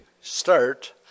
start